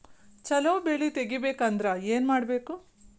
ಛಲೋ ಬೆಳಿ ತೆಗೇಬೇಕ ಅಂದ್ರ ಏನು ಮಾಡ್ಬೇಕ್?